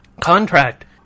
Contract